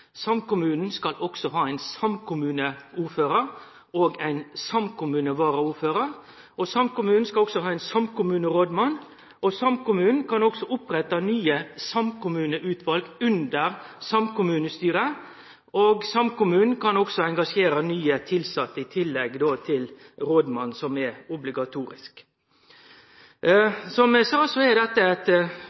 Samkommunen skal ha ein samkommuneordførar og ein samkommunevaraordførar. Samkommunen skal ha ein samkommunerådmann. Samkommunen kan opprette nye samkommuneutval under samkommunestyret. Samkommunen kan engasjere nye tilsette i tillegg til rådmannen, som er obligatorisk. Som eg sa, er dette eit